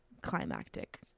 climactic